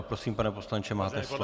Prosím, pane poslanče, máte slovo.